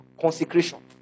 consecration